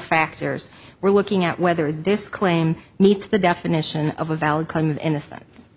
factors we're looking at whether this claim meets the definition of a valid claim of innocence